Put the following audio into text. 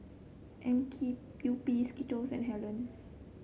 M K U P Skittles and Helen